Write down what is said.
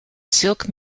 silk